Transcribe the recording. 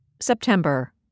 September